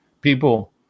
People